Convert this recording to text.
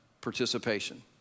participation